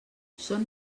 són